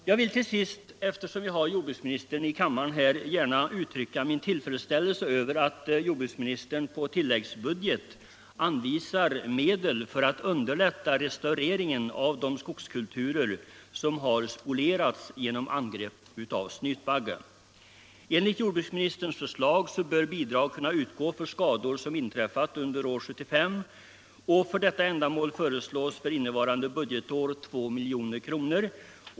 Jag vill gärna till sist, eftersom jordbruksministern är närvarande i kammaren, uttrycka min tillfredsställelse över att jordbruksministern på tilläggsbudget anvisar medel för att underlätta restaurering av de skogskulturer som har spolierats genom angrepp av snytbagge. Enligt jordbruksministerns förslag bör bidrag kunna utgå för skador som inträffat under år 1975. För ändamålet föreslås för innevarande budgetår 2 milj.kr.